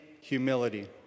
humility